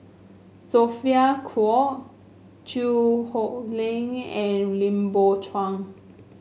Sophia Cooke Chew Hock Leong and Lim Biow Chuan